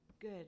good